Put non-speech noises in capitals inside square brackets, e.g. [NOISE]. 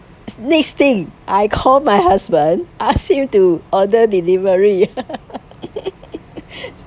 [NOISE] next day I call my husband ask him to order delivery [LAUGHS]